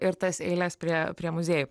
ir tas eiles prie prie muziejų